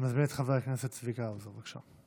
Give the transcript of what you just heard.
אני מזמין את חבר הכנסת צביקה האוזר, בבקשה.